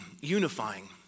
unifying